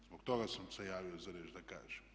Zbog toga sam se javio za riječ da kažem.